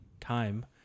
time